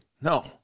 No